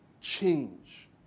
change